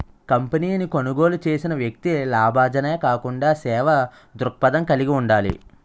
కంపెనీని కొనుగోలు చేసిన వ్యక్తి లాభాజనే కాకుండా సేవా దృక్పథం కలిగి ఉండాలి